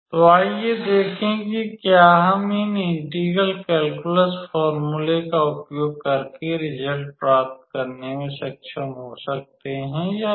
तो आइए देखें कि क्या हम इन इंटेग्रल कैल्कुलस फोर्मूले का उपयोग करके रिज़ल्ट प्राप्त करने में सक्षम हो सकते हैं या नहीं